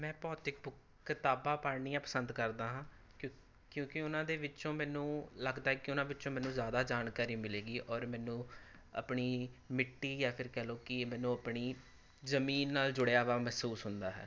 ਮੈਂ ਭੌਤਿਕ ਬੁ ਕਿਤਾਬਾਂ ਪੜ੍ਹਨੀਆਂ ਪਸੰਦ ਕਰਦਾ ਹਾਂ ਕਿਉਂ ਕਿਉਂਕਿ ਉਹਨਾਂ ਦੇ ਵਿੱਚੋਂ ਮੈਨੂੰ ਲੱਗਦਾ ਹੈ ਕਿ ਉਨ੍ਹਾਂ ਵਿਚੋਂ ਮੈਨੂੰ ਜ਼ਿਆਦਾ ਜਾਣਕਾਰੀ ਮਿਲੇਗੀ ਔਰ ਮੈਨੂੰ ਆਪਣੀ ਮਿੱਟੀ ਜਾਂ ਫਿਰ ਕਹਿ ਲਉ ਕਿ ਮੈਨੂੰ ਆਪਣੀ ਜ਼ਮੀਨ ਨਾਲ ਜੁੜਿਆ ਵਾ ਮਹਿਸੂਸ ਹੁੰਦਾ ਹੈ